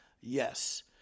Yes